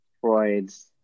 Freud's